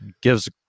gives